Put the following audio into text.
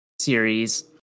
series